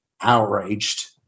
outraged